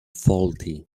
faulty